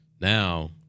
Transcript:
Now